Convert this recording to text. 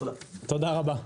תודה רבה.